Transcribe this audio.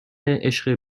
عشق